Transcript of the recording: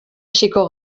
hasiko